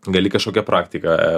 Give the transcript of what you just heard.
gali kažkokią praktiką